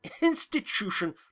institution